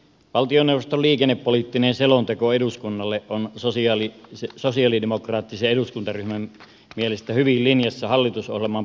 valtioneuvoston liikennepoliittinen selonteko eduskunnalle on sosialidemokraattisen eduskuntaryhmän mielestä hyvin linjassa hallitusohjelman painotusten kanssa